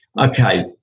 Okay